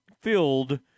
filled